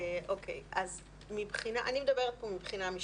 אני מדברת פה מבחינה משפטית.